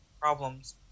problems